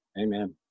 Amen